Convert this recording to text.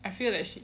I feel like she